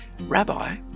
Rabbi